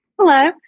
Hello